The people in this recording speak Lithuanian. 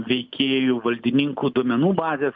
veikėjų valdininkų duomenų bazės